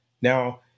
Now